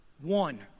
One